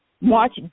march